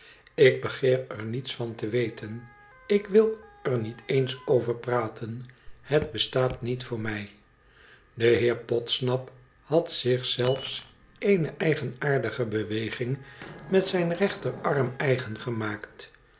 ik begeer er niets van te weten ik wil er niet eens over praten het bestaat niet voor mij de heer podsnap had zich zelfs eene eigenaardige beweging met zijn rechterarm eigen gemaakt